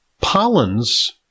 pollens